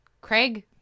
Craig